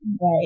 Right